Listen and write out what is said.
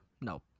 no